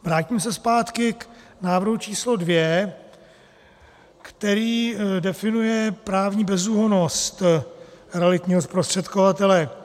Vrátím se zpátky k návrhu č. 2, který definuje právní bezúhonnost realitního zprostředkovatele.